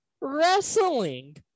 wrestling